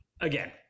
again